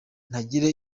ntagira